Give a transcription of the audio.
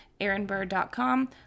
aaronbird.com